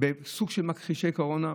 סוג של מכחישי קורונה,